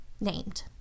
named